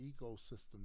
ecosystem